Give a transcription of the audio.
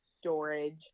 storage